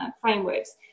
frameworks